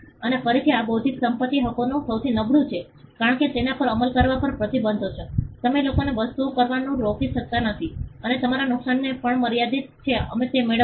અને ફરીથી આ બૌદ્ધિક સંપત્તિ હકોનું સૌથી નબળું છે કારણ કે તેના પર અમલ કરવા પર પ્રતિબંધો છે તમે લોકોને વસ્તુઓ કરવાનું રોકી શકતા નથી અને તમારા નુકસાનને પણ મર્યાદિત છે અમે તે મેળવીશું